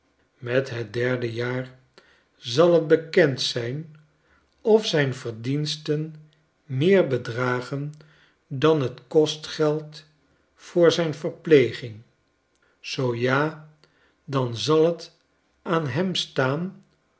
met het derde jaar zal t bekend zijn of zijn verdiensten meer bedragen dan fc kostgeld voor zijn verpleging zoo ja dan zal t aan hem staan